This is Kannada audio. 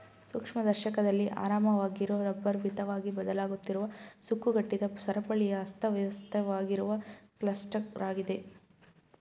ಸೂಕ್ಷ್ಮದರ್ಶಕದಲ್ಲಿ ಆರಾಮವಾಗಿರೊ ರಬ್ಬರ್ ಮಿತವಾಗಿ ಬದಲಾಗುತ್ತಿರುವ ಸುಕ್ಕುಗಟ್ಟಿದ ಸರಪಳಿಯ ಅಸ್ತವ್ಯಸ್ತವಾಗಿರುವ ಕ್ಲಸ್ಟರಾಗಿದೆ